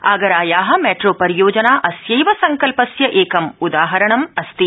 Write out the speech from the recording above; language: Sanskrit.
आगराया मैट्रोपरियोजना अस्थैव संकल्पस्य एकं उदाहरणमस्ति